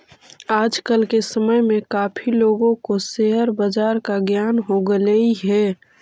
आज के समय में काफी लोगों को शेयर बाजार का ज्ञान हो गेलई हे